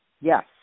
Yes